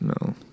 No